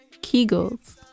Kegels